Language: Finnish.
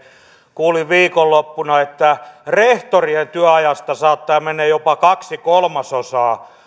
kuulin viikonloppuna että rehtorien työajasta saattaa mennä jopa kaksi kolmasosaa